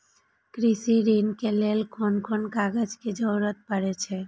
कृषि ऋण के लेल कोन कोन कागज के जरुरत परे छै?